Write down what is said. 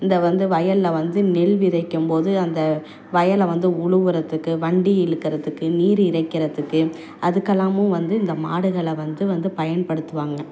இந்த வந்து வயல்ல வந்து நெல் விதைக்கும் போது அந்த வயலை வந்து உழுவறத்துக்கு வண்டி இழுக்கறத்துக்கு நீர் இறைக்கிறத்துக்கு அதுக்கெலாமும் வந்து இந்த மாடுகளை வந்து வந்து பயன்படுத்துவாங்கள்